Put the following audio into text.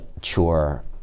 chore